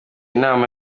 inama